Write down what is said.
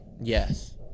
Yes